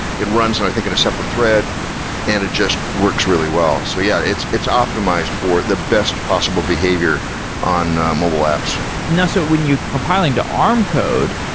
it runs, i think, in a separate thread and it just works really well. so yeah, it's it's optimized for the best possible behavior on mobile apps. so when you're compiling to arm code,